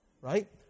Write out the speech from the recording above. right